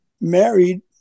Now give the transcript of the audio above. married